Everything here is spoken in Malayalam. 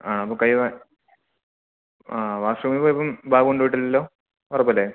ആ അപ്പോള് കൈ ആ വാഷ്റൂമില് പോയപ്പോള് ബാഗ് കൊണ്ടുപോയിട്ടില്ലല്ലോ ഉറപ്പല്ലേ